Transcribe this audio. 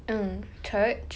mm church